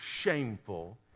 shameful